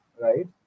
right